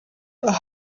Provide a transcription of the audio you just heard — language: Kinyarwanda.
aho